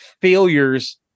failures